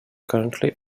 currently